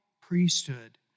priesthood